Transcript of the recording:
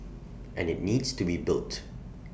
and IT needs to be built